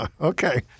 okay